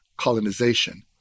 colonization